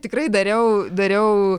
tikrai dariau dariau